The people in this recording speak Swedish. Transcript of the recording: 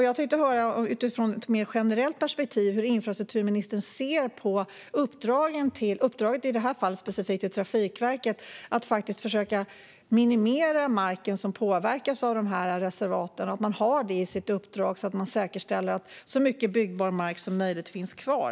Jag skulle vilja höra ur ett mer generellt perspektiv hur infrastrukturministern ser på ett specifikt uppdrag till i detta fall Trafikverket att försöka minimera marken som påverkas av reservaten. Man skulle kunna ha det i sitt uppdrag så att man säkerställer att så mycket byggbar mark som möjligt finns kvar.